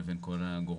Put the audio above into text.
לבין כל הגורמים,